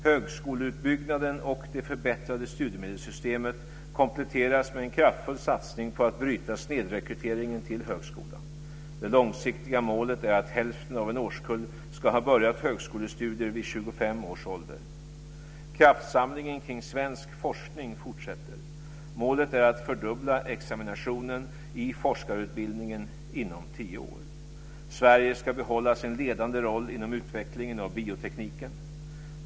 Högskoleutbyggnaden och det förbättrade studiemedelssystemet kompletteras med en kraftfull satsning på att bryta snedrekryteringen till högskolan. Det långsiktiga målet är att hälften av en årskull ska ha börjat högskolestudier vid 25 års ålder. Kraftsamlingen kring svensk forskning fortsätter. Målet är att fördubbla examinationen i forskarutbildningen inom tio år. Sverige ska behålla sin ledande roll inom utvecklingen av biotekniken.